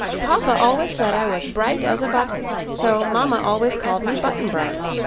papa always said i was bright as a button so mama always called me button-bright,